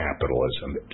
capitalism